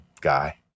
guy